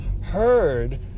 heard